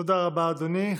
תודה רבה, אדוני.